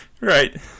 Right